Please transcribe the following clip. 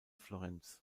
florenz